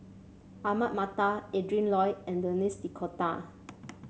Ahmad Mattar Adrin Loi and Denis D'Cotta